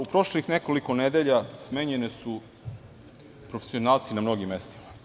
U prošlih nekoliko nedelja su smenjeni profesionalci na mnogim mestima.